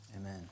Amen